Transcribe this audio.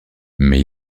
mais